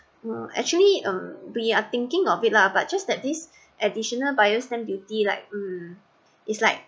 well actually hmm we are thinking of it lah but just that this additional buyer's stamp duty like hmm it's like